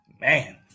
Man